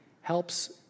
helps